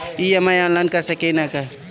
EMI online कर सकेनी की ना?